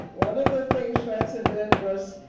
one of the things schweitzer did was,